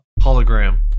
hologram